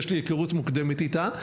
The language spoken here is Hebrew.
יש לי היכרות מוקדמת איתה,